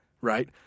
right